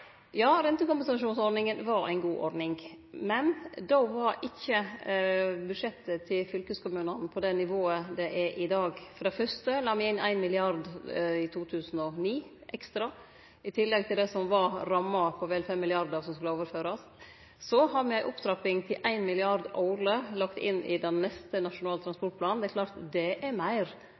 Ja, rentekompensasjonsordninga var ei god ordning, men då var ikkje budsjettet til fylkeskommunane på det nivået det er i dag. For det fyrste la me inn 1 mrd. kr ekstra i 2009, i tillegg til det som var ramma på vel 5 mrd. kr som skulle overførast. Så har me lagt inn ei opptrapping på 1 mrd. kr årleg i den neste Nasjonal transportplan. Det er klart at det er meir